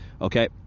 okay